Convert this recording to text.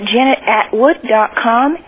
JanetAtWood.com